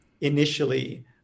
initially